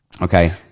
Okay